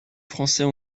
français